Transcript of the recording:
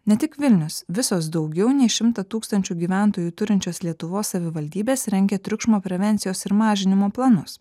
ne tik vilnius visos daugiau nei šimtą tūkstančių gyventojų turinčios lietuvos savivaldybės rengia triukšmo prevencijos ir mažinimo planus